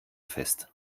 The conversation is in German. fest